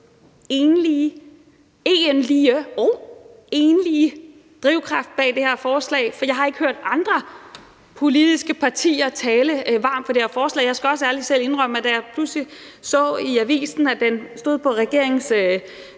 den egentlige og enlige drivkraft bag det her forslag, har jeg ikke hørt andre politiske partier tale varmt for det her forslag. Jeg skal også ærligt selv indrømme, at da jeg pludselig så i avisen, at den stod på regeringens